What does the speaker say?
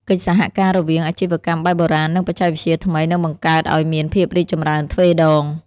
កិច្ចសហការរវាងអាជីវកម្មបែបបុរាណ និងបច្ចេកវិទ្យាថ្មីនឹងបង្កើតឱ្យមានភាពរីកចម្រើនទ្វេដង។